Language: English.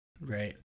right